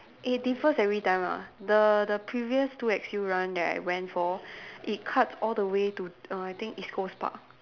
it differs every time ah the the previous two X_U runs that I for it cuts all the way to err I think East Coast Park